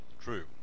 true